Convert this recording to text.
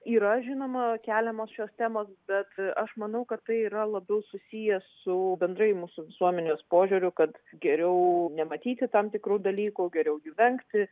yra žinoma keliamos šios temos bet aš manau kad tai yra labiau susiję su bendrai mūsų visuomenės požiūriu kad geriau nematyti tam tikrų dalykų geriau jų vengti